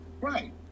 Right